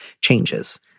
changes